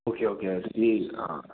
okay okay ꯑꯗꯨꯗꯤ ꯑꯥ